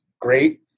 great